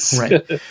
Right